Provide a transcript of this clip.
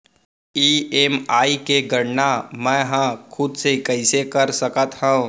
EMI के गड़ना मैं हा खुद से कइसे कर सकत हव?